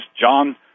John